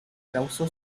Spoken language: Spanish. causó